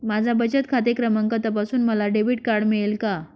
माझा बचत खाते क्रमांक तपासून मला डेबिट कार्ड मिळेल का?